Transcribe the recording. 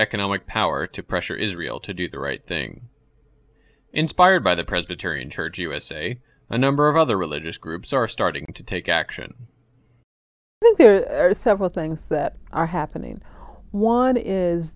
economic power to pressure israel to do the right thing inspired by the presbyterian church usa a number of other religious groups are starting to take action i think there are several things that are happening one is